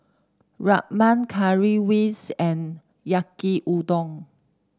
Rajma Currywurst and Yaki Udon